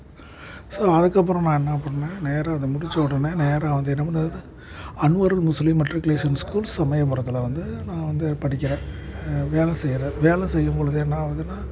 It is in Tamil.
ஸோ அதுக்கப்புறம் நான் என்ன பண்ணிணேன் நேராக அதை முடித்தவுடனே நேராக வந்து என்ன பண்ணுறது அன்வரல் முஸ்லீம் மெட்ரிகுலேஸன் ஸ்கூல் சமயபுரத்தில் வந்து நான் வந்து படிக்கிறேன் வேலை செய்கிறேன் வேலை செய்யும்பொழுது என்ன ஆகுதுனா